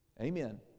Amen